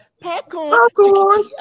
popcorn